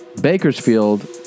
Bakersfield